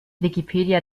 wikipedia